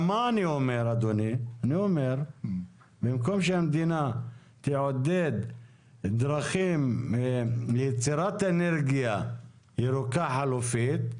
אני אומר שבמקום שהמדינה תעודד דרכים ליצירת אנרגיה ירוקה חלופית,